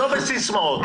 לא בסיסמאות.